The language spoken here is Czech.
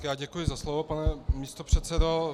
Já děkuji za slovo, pane místopředsedo.